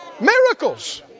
Miracles